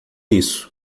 isso